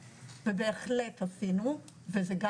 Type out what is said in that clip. שוב,